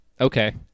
okay